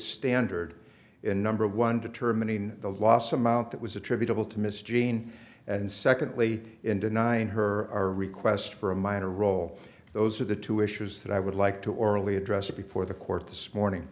standard in number one determining the loss amount that was attributable to miss jean and secondly in denying her our request for a minor role those are the two issues that i would like to orally address before the court this morning